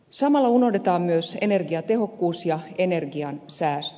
samalla unohdetaan myös energiatehokkuus ja energian säästö